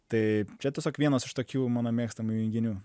tai čia tiesiog vienas iš tokių mano mėgstamų junginių